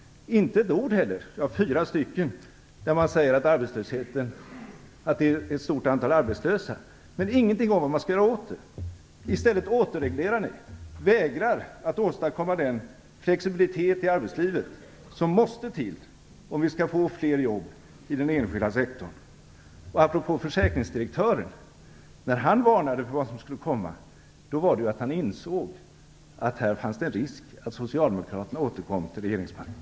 Med fyra ord säger han i regeringsdeklarationen att det är ett stort antal arbetslösa, men han säger ingenting om vad man skall göra åt det. I stället återreglerar man och vägrar att åstadkomma den flexibilitet i arbetslivet som måste till om vi skall få fler jobb i den enskilda sektorn. Apropå försäkringsdirektören, var det så när han varnade för vad som skulle komma, att han insåg att det fanns risk för att Socialdemokraterna återkom till regeringsmakten.